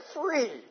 free